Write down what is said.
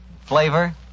Flavor